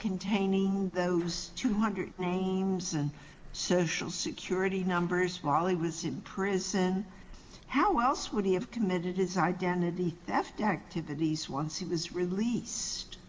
containing those two hundred names social security numbers molly was in prison how else would he have committed his identity theft activities once he was released